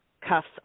cuffs